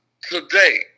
today